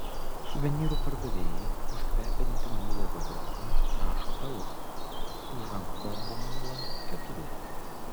suvenyrų pardavėjai už kvepiantį muilo gabaliuką prašo euro už rankų darbo muilą keturių